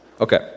Okay